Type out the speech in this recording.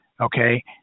Okay